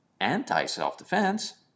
anti-self-defense